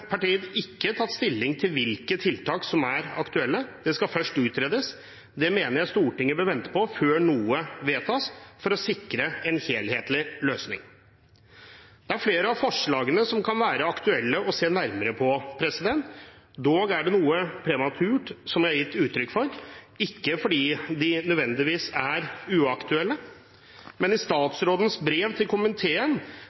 ikke tatt stilling til hvilke tiltak som er aktuelle. Det skal først utredes, og det mener jeg Stortinget bør vente på før noe vedtas, for å sikre en helhetlig løsning. Det er flere av forslagene som kan være aktuelle å se nærmere på. Dog er det noe prematurt, som jeg har gitt uttrykk for – ikke fordi de nødvendigvis er uaktuelle. Men i